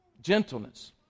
Gentleness